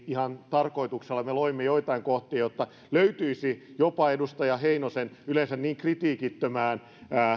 ihan tarkoituksella loimme joitain kohtia jotta löytyisi jopa edustaja heinosen yleensä niin kritiikittömään